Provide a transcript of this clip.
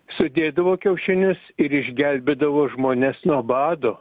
sudėdavo kiaušinius ir išgelbėdavo žmones nuo bado